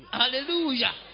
hallelujah